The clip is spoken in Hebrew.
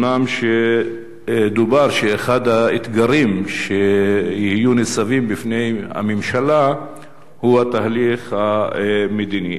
דובר שאחד האתגרים שיוצבו בפני הממשלה הוא התהליך המדיני.